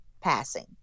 passing